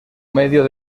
medio